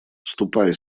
ступай